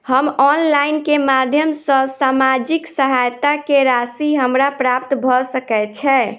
हम ऑनलाइन केँ माध्यम सँ सामाजिक सहायता केँ राशि हमरा प्राप्त भऽ सकै छै?